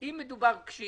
אם יש לחימה,